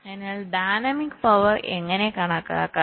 അതിനാൽ dynamic power എങ്ങനെ കണക്കാക്കാം